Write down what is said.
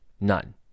None